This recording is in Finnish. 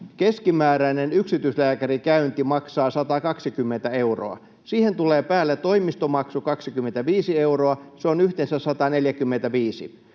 keskimääräinen yksityislääkärikäynti maksaa 120 euroa. Siihen tulee päälle toimistomaksu 25 euroa. Se on yhteensä 145.